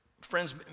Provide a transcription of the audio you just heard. friends